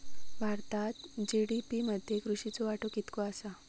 भारतात जी.डी.पी मध्ये कृषीचो वाटो कितको आसा?